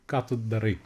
ką tu darai